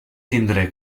tindre